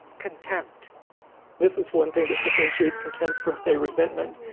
contempt this is one thing that differentiates contempt from, say, resentment.